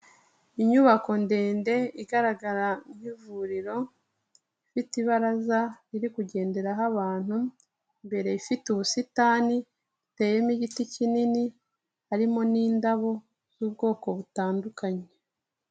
Inyubako ndende igaragara nk'ivuriro ifite ibaraza riri kugenderaho abantu, imbere ifite ubusitani buteyemo igiti kinini, harimo n'indabo z'ubwoko butandukanye.